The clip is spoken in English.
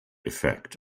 effect